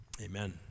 Amen